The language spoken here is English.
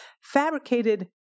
fabricated